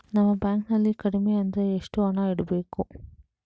ನಮ್ಮ ಬ್ಯಾಂಕ್ ನಲ್ಲಿ ಕಡಿಮೆ ಅಂದ್ರೆ ಎಷ್ಟು ಹಣ ಇಡಬೇಕು?